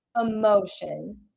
emotion